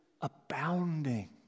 abounding